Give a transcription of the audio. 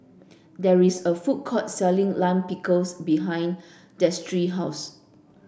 there is a food court selling Lime Pickles behind Destry house